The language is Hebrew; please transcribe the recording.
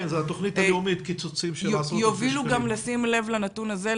יובילו גם ושים לב לנתון הזה,